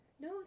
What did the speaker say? No